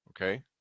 okay